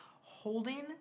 Holding